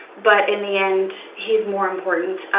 but in the end, he's more important.